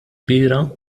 kbira